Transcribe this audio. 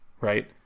right